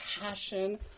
passion